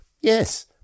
Yes